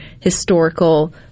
historical